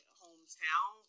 hometown